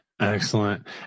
Excellent